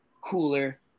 cooler